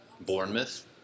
Bournemouth